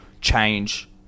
Change